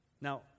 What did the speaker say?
Now